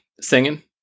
singing